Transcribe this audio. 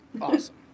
Awesome